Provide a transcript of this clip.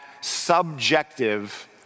subjective